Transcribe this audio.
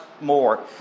more